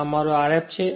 અને આ મારો Rf છે